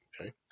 okay